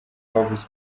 babuze